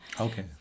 Okay